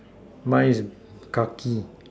mine is khaki